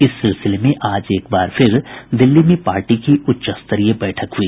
इस सिलसिले में आज एक बार फिर दिल्ली में पार्टी की उच्च स्तरीय बैठक हुई